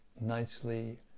nicely